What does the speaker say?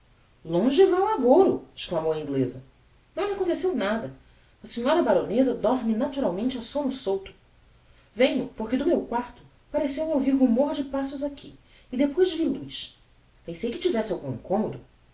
agouro exclamou a ingleza não lhe aconteceu nada a senhora baroneza dorme naturalmente a somno solto venho porque do meu quarto pareceu-me ouvir rumor de passos aqui e depois vi luz pensei que tivesse algum incommodo